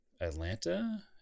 Atlanta